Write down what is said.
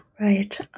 Right